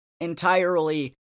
entirely